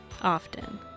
often